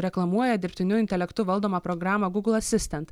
reklamuoja dirbtiniu intelektu valdomą programą gūgl asistent